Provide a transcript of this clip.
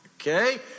Okay